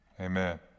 Amen